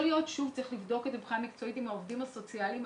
צריך לבדוק אם זה מקצועית עם העובדים הסוציאליים,